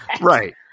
right